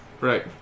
Right